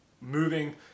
moving